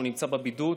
שנמצא בבידוד,